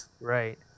Right